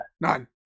None